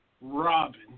Robin